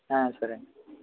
సరేనండి